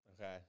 Okay